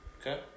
Okay